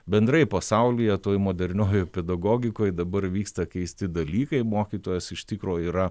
bendrai pasaulyje toj moderniojoj pedagogikoj dabar vyksta keisti dalykai mokytojas iš tikro yra